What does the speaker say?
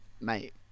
mate